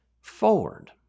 forward